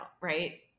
right